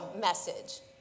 message